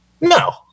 no